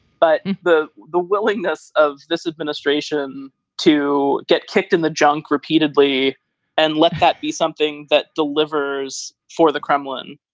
but the the willingness of this administration to get kicked in the junk repeatedly and let that be something that delivers for the kremlin,